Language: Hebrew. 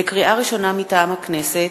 לקריאה ראשונה, מטעם הכנסת: